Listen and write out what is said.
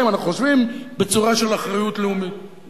אם אנחנו חושבים בצורה של אחריות לאומית.